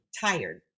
tired